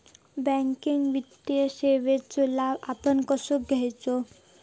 Banking वित्तीय सेवाचो लाभ आपण कसो घेयाचो?